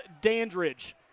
Dandridge